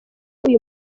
uyu